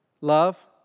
love